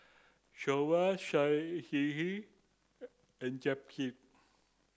Soba and Japchae